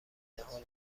جهان